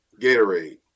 Gatorade